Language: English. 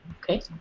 Okay